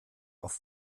auf